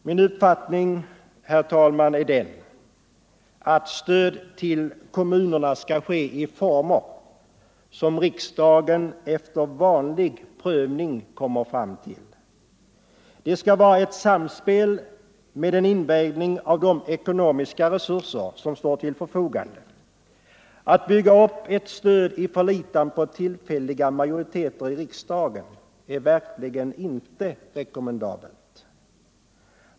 Min uppfattning, herr talman, är att stöd till kommunerna skall ges i former som riksdagen efter vanlig prövning kommer fram till. Det skall vara ett samspel med en invägning av de ekonomiska resurser som står till förfogande. Att bygga upp ett stöd i förlitan på tillfälliga majoriteter i riksdagen är verkligen inte att rekommendera.